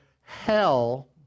Hell